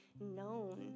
known